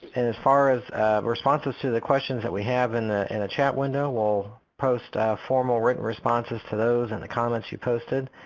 and as far as responses to the questions that we have in a and chat window, we'll post formal written responses to those and the comments you posted.